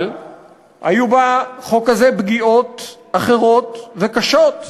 אבל היו בחוק הזה פגיעות אחרות וקשות,